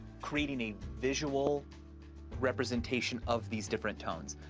creating a visual representation of these different tones.